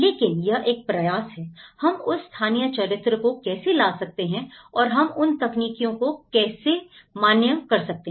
लेकिन यह एक प्रयास है हम उस स्थानीय चरित्र को कैसे ला सकते हैं और हम उन तकनीकों को कैसे मान्य कर सकते हैं